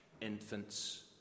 infants